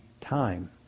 time